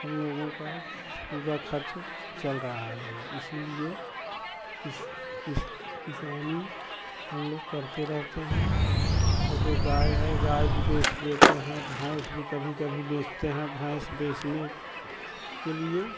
हम लोगों का पूरा खर्च चल रहा है इसीलिए किसानी हम लोग करते रहते हैं और जो गाय हैं गाय भी बेच देते हैं भैंस भी कभी कभी बेचते हैं भैंस बेचने के लिए